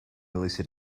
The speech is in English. melissa